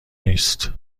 نیست